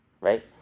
right